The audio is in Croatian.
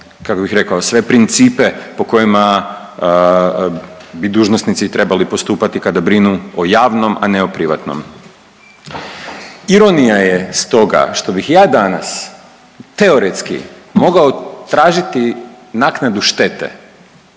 kako bih rekao, sve principe po kojima bi dužnosnici i trebali postupati kada brinu o javnom, a ne o privatnom. Ironija je stoga što bih ja danas teoretski mogao tražiti naknadu štete